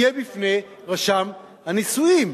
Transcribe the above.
יהיה בפני רשם הנישואים